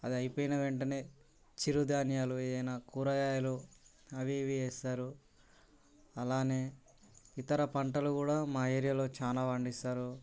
అది అయిపోయిన వెంటనే చిరుధాన్యాలు ఏవైనా కూరగాయలు అవి ఇవి వేస్తారు అలాగే ఇతర పంటలు కూడా మా ఏరియాలో చాలా పండిస్తారు